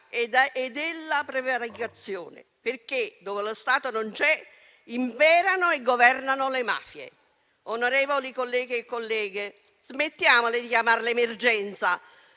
e della prevaricazione. Infatti, dove lo Stato non c’è, imperano e governano le mafie. Onorevoli colleghi e colleghe, smettiamo di chiamarla emergenza: